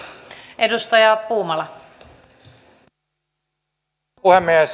rouva puhemies